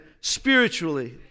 spiritually